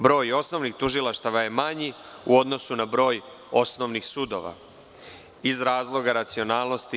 Broj osnovnih tužilaštava je manji u odnosu na broj osnovnih sudova, iz razloga racionalnosti.